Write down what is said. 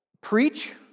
preach